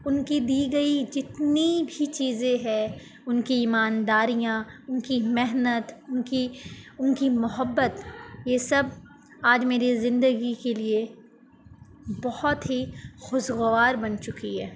ان کی دی گئی جتنی بھی چیزیں ہے ان کی ایمانداریاں ان کی محنت ان کی ان کی محبت یہ سب آج میری زندگی کے لیے بہت ہی خوشگوار بن چکی ہے